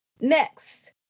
next